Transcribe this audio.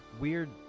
weird